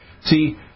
See